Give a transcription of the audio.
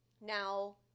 Now